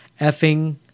effing